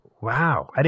Wow